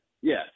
yes